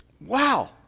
Wow